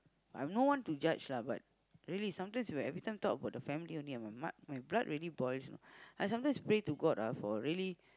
I'm no one to judge lah but really sometimes you every time you talk about that family only my b~ blood really boils you know I sometimes pray to God ah for really